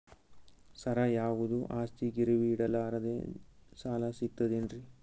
ಸರ, ಯಾವುದು ಆಸ್ತಿ ಗಿರವಿ ಇಡಲಾರದೆ ಸಾಲಾ ಸಿಗ್ತದೇನ್ರಿ?